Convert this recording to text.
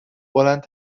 بلند